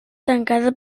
tancada